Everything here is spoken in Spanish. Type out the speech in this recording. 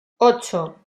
ocho